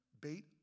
bait